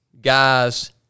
guys